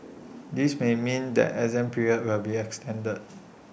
this may mean that exam periods will be extended